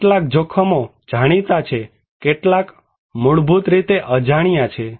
કેટલાક જોખમો જાણીતા છે કેટલાક મૂળભૂત રીતે અજાણ્યા છે